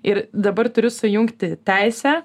ir dabar turi sujungti teisę